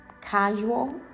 casual